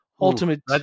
ultimate